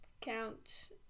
Count